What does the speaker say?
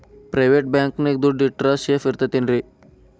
Private bank ನ್ಯಾಗ್ ದುಡ್ಡ ಇಟ್ರ ಸೇಫ್ ಇರ್ತದೇನ್ರಿ?